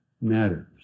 matters